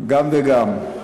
גם וגם.